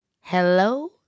Hello